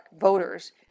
voters